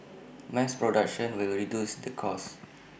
mass production will reduce the cost